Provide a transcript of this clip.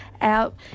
out